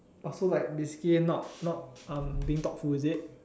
oh so like basically not not uh being thoughtful is it